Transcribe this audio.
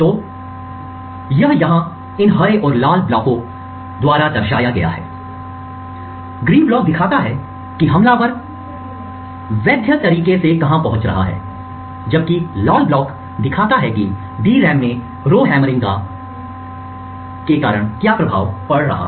तो यह यहाँ इन हरे और लाल ब्लॉकों द्वारा दर्शाया गया हैग्रीन ब्लॉक दिखाता है कि हमलावर वैद्य तरीके से कहां पहुंच रहा है जबकि लाल ब्लॉक दिखाता है कि DRAM में रो हमेरिंग के कारण क्या प्रभाव पड़ा रहा है